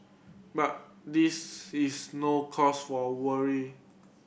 but this is no cause for worry